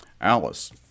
Alice